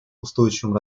устойчивым